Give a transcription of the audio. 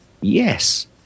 yes